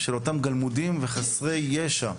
של אותם גלמודים וחסרי ישע,